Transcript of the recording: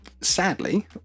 sadly